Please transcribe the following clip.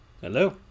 Hello